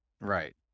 Right